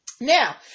now